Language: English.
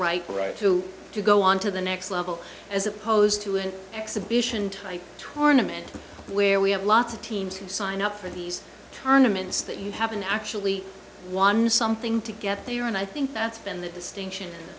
right through to go on to the next level as opposed to an exhibition type tournament where we have lots of teams who sign up for these tournaments that you haven't actually won something to get there and i think that's been the distinction